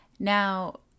Now